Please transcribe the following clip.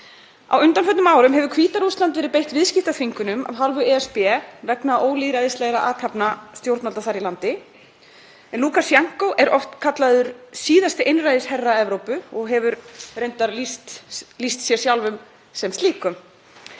Á undanförnum árum hefur Hvíta-Rússland verið beitt viðskiptaþvingunum af hálfu ESB vegna ólýðræðislegra athafna stjórnvalda þar í landi. Lúkasjenkó er oft kallaður síðasti einræðisherra Evrópu og hefur reyndar sjálfur lýst sér sem slíkum.